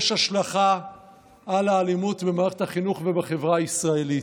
על האלימות במערכת החינוך ובחברה הישראלית.